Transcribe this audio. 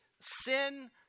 sin